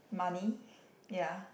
money ya